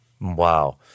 Wow